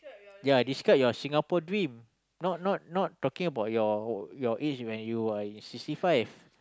ya describe your Singapore dream not not not talking about your your age when you are in sixty five